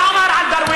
מה הוא אמר על דרוויש?